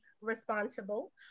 responsible